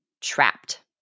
trapped